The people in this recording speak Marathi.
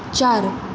चार